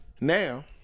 Now